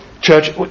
Church